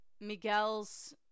Miguel's